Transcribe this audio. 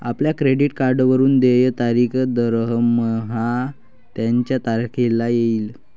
आपल्या क्रेडिट कार्डवरून देय तारीख दरमहा त्याच तारखेला येईल